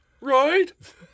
Right